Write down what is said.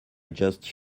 just